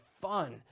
fun